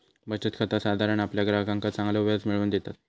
बचत खाता साधारण आपल्या ग्राहकांका चांगलो व्याज मिळवून देतत